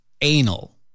anal